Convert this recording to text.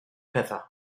pethau